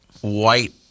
white